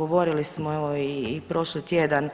Govorili smo evo i prošli tjedan